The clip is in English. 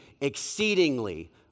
exceedingly